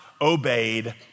obeyed